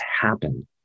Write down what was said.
happen